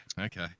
Okay